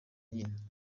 nyine